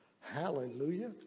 Hallelujah